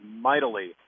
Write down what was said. mightily